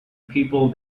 people